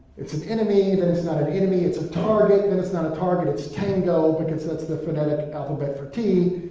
it's an enemy, then it's not an enemy, it's a target, then it's not a target, it's tango because that's the phonetic alphabet for t,